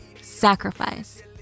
Sacrifice